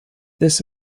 this